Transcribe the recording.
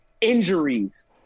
Injuries